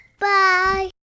Bye